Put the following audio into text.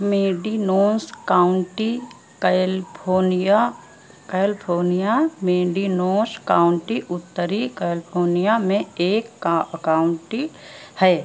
मेडीनो county California California Mendocino county उत्तरी California में एक काउण्टी है